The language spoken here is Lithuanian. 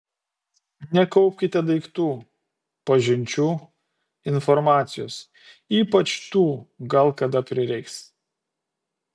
nekaupkite daiktų pažinčių informacijos ypač tų gal kada prireiks